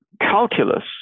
calculus